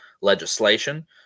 legislation